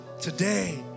today